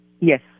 Yes